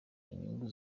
inyungu